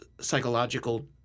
Psychological